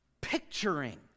picturing